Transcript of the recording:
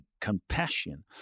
compassion